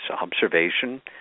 observation